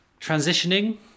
transitioning